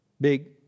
big